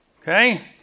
Okay